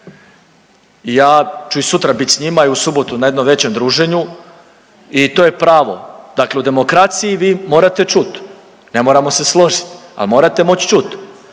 ja ću i sutra biti sa njima i u subotu na jednom većem druženju. I to je pravo, dakle u demokraciji vi morate čut. Ne moramo se složiti, ali morate moći čuti.